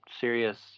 serious